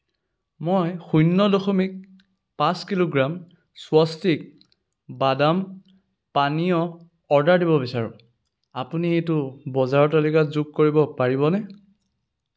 মই শূন্য দসমিক পাঁচ কিলোগ্ৰাম স্বস্তিক বাদাম পানীয় অৰ্ডাৰ দিব বিচাৰো আপুনি এইটো বজাৰৰ তালিকাত যোগ কৰিব পাৰিবনে